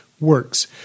Works